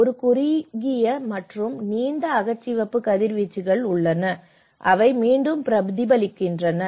ஒரு குறுகிய மற்றும் நீண்ட அகச்சிவப்பு கதிர்வீச்சுகள் உள்ளன அவை மீண்டும் பிரதிபலிக்கின்றன